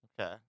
Okay